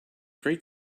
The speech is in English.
great